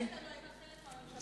ישראל ביתנו היתה חלק מהממשלה הזאת.